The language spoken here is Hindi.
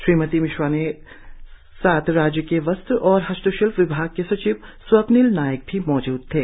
श्रीमती मिश्रा के साथ राज्य के वस्त्र और हस्तशिल्प विभाग की सचिव स्वप्निल नाइक भी थे